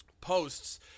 posts